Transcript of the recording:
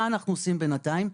מה אנחנו עושים בינתיים?